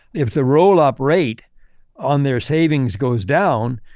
if the roll up rate on their savings goes down,